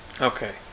Okay